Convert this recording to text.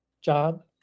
job